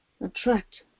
attract